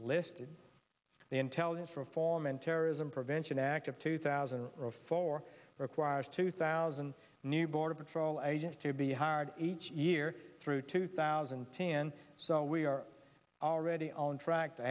listed the intelligence reform and terrorism prevention act of two thousand and four requires two thousand new border patrol agents to be hard each year through two thousand and ten so we are already on track to